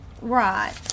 right